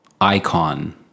icon